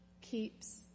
keeps